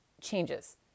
changes